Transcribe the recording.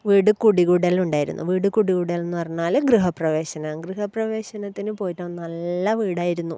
വീട് കുടി കൂടലുണ്ടായിരുന്നു വീട് കുടി കൂടൽ എന്ന് പറഞ്ഞാൽ ഗൃഹപ്രവേശനം ഗൃഹപ്രവേശനത്തിന് പോയിട്ട് നല്ല വീടായിരുന്നു